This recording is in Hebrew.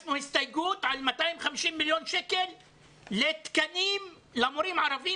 הגשנו הסתייגות על 250 מיליון שקל לתקנים למורים ערבים